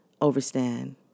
overstand